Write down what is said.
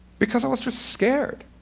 because i was just scared.